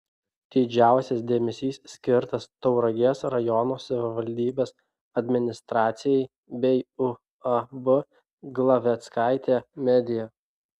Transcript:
didžiausias dėmesys skirtas tauragės rajono savivaldybės administracijai bei uab glaveckaitė media